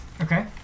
Okay